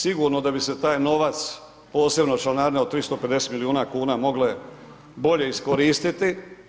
Sigurno da bi se taj novac, posebno članarine od 350 milijuna kuna mogle bolje iskoristiti.